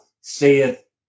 saith